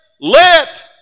let